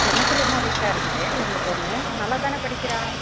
என்னத்துலம்மா வீக்காக இருக்குது எங்கள் பொண்ணு நல்லா தானே படிக்கிறா